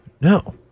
no